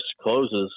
closes